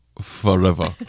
Forever